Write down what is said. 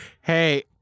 hey